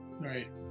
Right